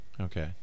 okay